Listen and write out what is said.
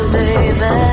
baby